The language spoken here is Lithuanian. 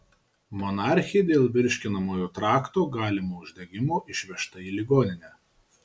monarchė dėl virškinamojo trakto galimo uždegimo išvežta į ligoninę